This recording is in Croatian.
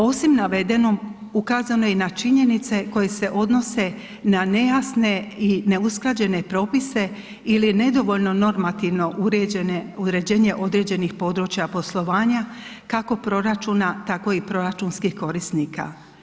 Osim navedenom ukazano je i na činjenice koje se odnose na nejasne i neusklađene propise ili nedovoljno normativno uređene, uređenje određenih područja poslovanja kako proračuna tako i proračunskih korisnika.